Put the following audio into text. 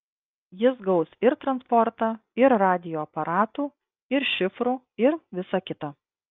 jis gaus ir transportą ir radijo aparatų ir šifrų ir visa kita